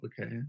okay